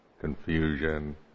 confusion